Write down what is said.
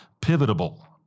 pivotal